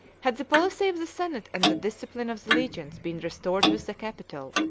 had the policy of the senate and the discipline of the legions been restored with the capitol,